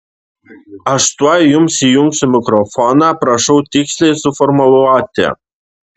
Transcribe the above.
aš tuoj jums įjungsiu mikrofoną prašau tiksliai suformuluoti